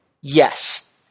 Yes